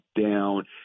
down